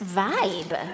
vibe